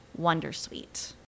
wondersuite